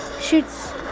Shoots